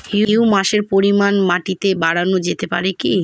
হিউমাসের পরিমান মাটিতে বারানো যেতে পারে কি?